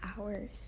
hours